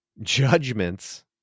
judgments